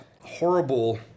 horrible